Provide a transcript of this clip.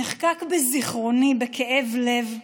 נחקקה בזיכרוני, בכאב לב,